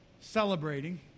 celebrating